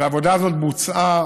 העבודה הזאת בוצעה,